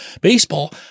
Baseball